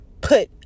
put